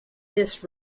this